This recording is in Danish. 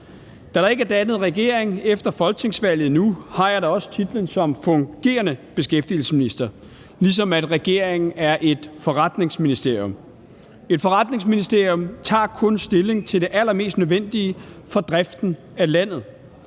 Da der ikke er dannet en regering efter folketingsvalget endnu, har jeg da også titlen som fungerende beskæftigelsesminister, ligesom regeringen er et forretningsministerium. Et forretningsministerium tager kun stilling til det allermest nødvendige for driften af landet.